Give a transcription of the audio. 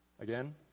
Again